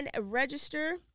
register